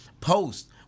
post